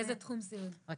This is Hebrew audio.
היא רכזת תחום סיעוד.